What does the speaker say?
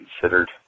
considered